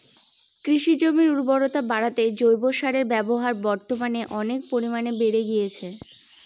কৃষিজমির উর্বরতা বাড়াতে জৈব সারের ব্যবহার বর্তমানে অনেক পরিমানে বেড়ে গিয়েছে